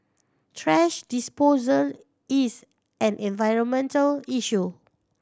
trash disposal is an environmental issue